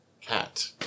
cat